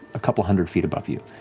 a couple hundred feet above you,